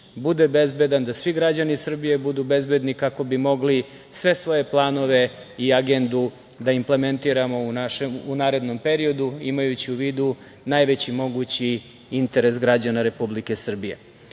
bude bezbedan, da svi građani Srbije budu bezbedni kako bi mogli sve svoje planove i agendu da implementiramo u narednom periodu, imajući u vidu najveći mogući interes građana Republike Srbije. Ja